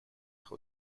who